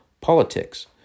politics